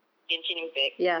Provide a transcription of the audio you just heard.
genshin impact